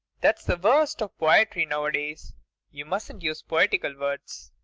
that's the worst of poetry now-a-days you mustn't use poetical words.